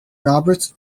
roberts